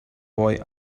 boy